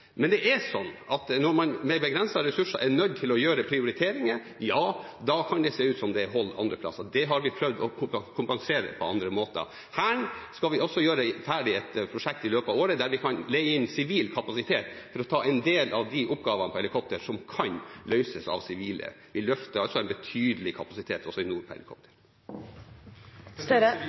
Men med begrensede ressurser er man nødt til å gjøre prioriteringer. Ja, da kan det se ut som om det er hull andre plasser. Det har vi prøvd å kompensere på andre måter. I Hæren skal vi også gjøre ferdig et prosjekt i løpet av året der vi kan leie inn sivil kapasitet for å ta en del av de oppgavene på helikopter som kan løses av sivile. Vi løfter altså en betydelig kapasitet også i